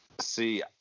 See